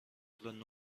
طول